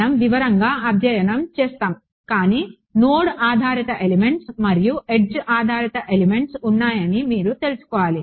మనం వివరంగా అధ్యయనం చేస్తాము కానీ నోడ్ ఆధారిత ఎలిమెంట్స్ మరియు ఎడ్జ్ ఆధారిత ఎలిమెంట్స్ ఉన్నాయని మీరు తెలుసుకోవాలి